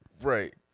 right